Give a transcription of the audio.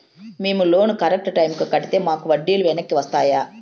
మేము loan correct టైముకి కట్టితే మాకు వడ్డీ లు వెనక్కి వస్తాయా?